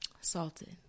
Salted